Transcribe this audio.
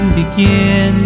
begin